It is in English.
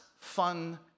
fun